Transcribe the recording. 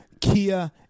Kia